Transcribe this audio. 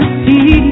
see